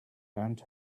and